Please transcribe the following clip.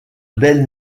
belles